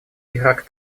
ирак